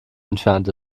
entfernt